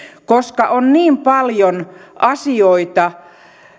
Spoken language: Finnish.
koska on niin paljon asioita